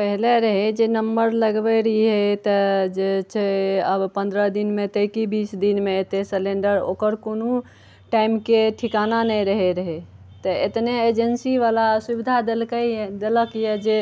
पहिले रहै जे नम्बर लगबै रहियै तऽ जे छै आब पन्द्रह दिनमे अयतै कि बीस दिनमे अयतै सिलेण्डर ओकर कोनो टाइमके ठिकाना नहि रहैत रहै तऽ इतने एजेन्सीवला सुविधा देलकैए देलक यए जे